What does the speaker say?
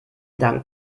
dank